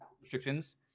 restrictions